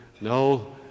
No